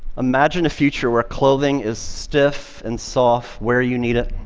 imagine a future where clothing is stiff and soft where you need it,